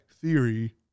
theory